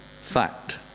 fact